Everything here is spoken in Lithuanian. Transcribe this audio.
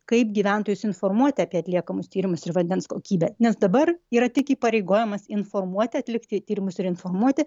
kaip gyventojus informuoti apie atliekamus tyrimus ir vandens kokybę nes dabar yra tik įpareigojimas informuoti atlikti tyrimus ir informuoti